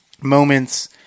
moments